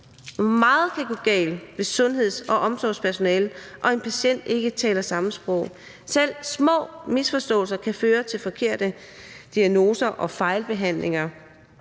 Meget kan gå galt, hvis sundheds- og omsorgspersonalet og en patient ikke taler samme sprog. Selv små misforståelser kan føre til forkerte diagnoser og fejlbehandlinger